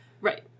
Right